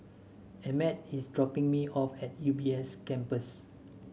Emett is dropping me off at U B S Campus